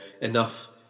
Enough